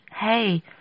hey